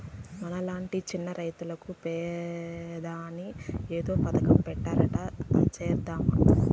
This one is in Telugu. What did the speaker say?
మనలాంటి చిన్న రైతులకు పెదాని ఏదో పథకం పెట్టారట చేరదామా